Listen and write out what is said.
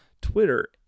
twitter